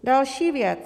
Další věc.